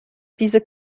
diese